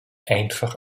einfach